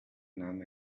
nahm